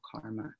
karma